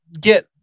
get